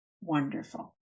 wonderful